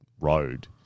road